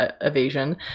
evasion